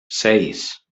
seis